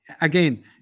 Again